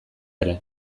ere